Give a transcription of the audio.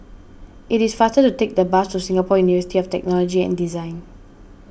it is faster to take the bus to Singapore University of Technology and Design